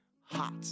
hot